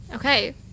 Okay